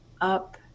up